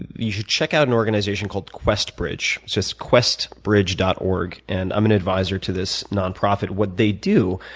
you check out an organization called questbridge, just questbridge dot org. and i'm an advisor to this non-profit. what they do,